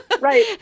Right